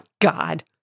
God